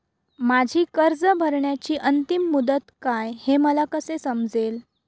माझी कर्ज भरण्याची अंतिम मुदत काय, हे मला कसे समजेल?